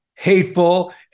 Hateful